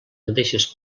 mateixes